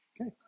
Okay